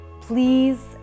please